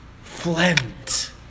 flint